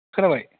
खोनाबाय